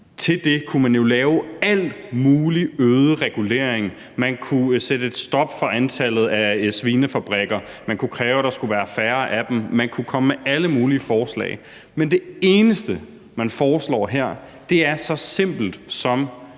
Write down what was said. til det kunne man jo lave al mulig øget regulering – man kunne sætte et stop for antallet af svinefabrikker; man kunne kræve, at der skulle være færre af dem; man kunne komme med alle mulige forslag. Men det eneste, man foreslår her, er så simpelt, som